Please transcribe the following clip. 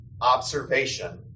observation